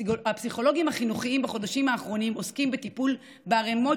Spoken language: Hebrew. הפסיכולוגים החינוכיים בחודשים האחרונים עוסקים בטיפול בערמות